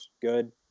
good